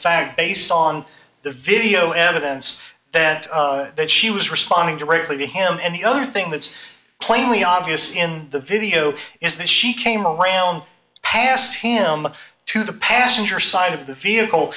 fact based on the video evidence that that she was responding directly to him and the other thing that's plainly obvious in the video is that she came around past him to the passenger side of the vehicle